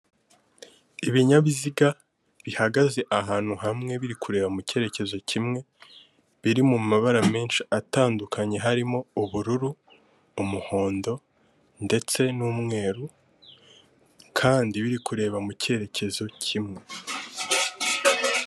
Ibinyabiziga bihagaze ahantu hamwe biri kureba mu cyerekezo kimwe, biri mu mabara menshi atandukanye, harimo ubururu, umuhondo, ndetse n'umweru kandi biri kureba mu cyerekezo kimwe.